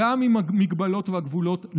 הגם שעם ההגבלות והגבולות,